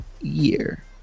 year